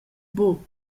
buc